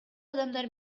адамдар